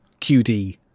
QD